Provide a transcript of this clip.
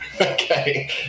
Okay